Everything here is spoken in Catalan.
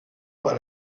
per